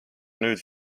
nüüd